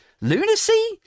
lunacy